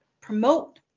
promote